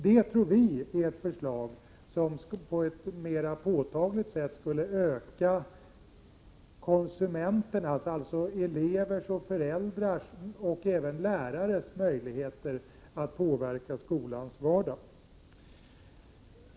Det här tror vi är ett förslag som på ett mera påtagligt sätt skulle öka konsumenternas, alltså elevers och föräldrars och även lärares möjligheter att påverka skolans vardag.